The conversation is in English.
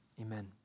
amen